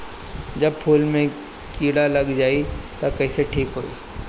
जब फूल मे किरा लग जाई त कइसे ठिक होई?